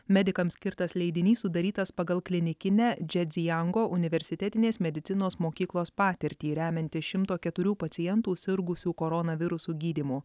medikams skirtas leidinys sudarytas pagal klinikinę džedzijango universitetinės medicinos mokyklos patirtį remiantis šimto keturių pacientų sirgusių koronavirusu gydymu